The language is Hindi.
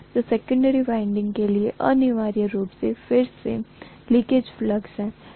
तो सेकन्डेरी वाइंडिंग के लिए अनिवार्य रूप से फिर से लीकेज फ्लक्स है